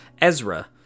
Ezra